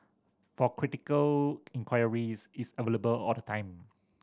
for critical inquiries it's available all the time